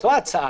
זו ההצעה.